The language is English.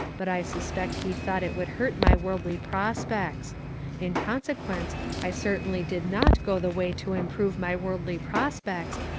but i suspect he thought it would hurt my worldly prospects in consequence i certainly did not go the way to improve my worldly prospects,